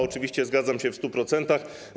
Oczywiście zgadzam się w 100%.